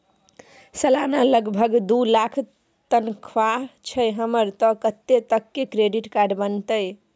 सलाना लगभग दू लाख तनख्वाह छै हमर त कत्ते तक के क्रेडिट कार्ड बनतै?